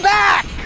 back!